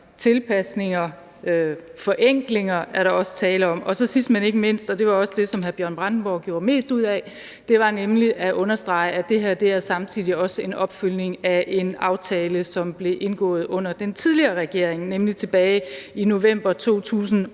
tilpasninger, forenklinger er der også tale om. Og så sidst, men ikke mindst – det var også det, som hr. Bjørn Brandenborg gjorde mest ud af – vil jeg understrege, at det her samtidig også er en opfølgning på en aftale, som blev indgået under den tidligere regering, nemlig tilbage i november 2018.